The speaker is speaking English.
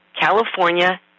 California